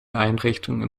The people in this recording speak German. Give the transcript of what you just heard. einrichtungen